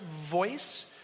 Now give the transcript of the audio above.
voice